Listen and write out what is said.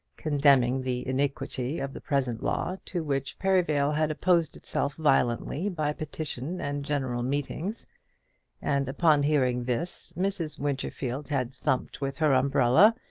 condemning the iniquity of the present law, to which perivale had opposed itself violently by petition and general meetings and upon hearing this mrs. winterfield had thumped with her umbrella,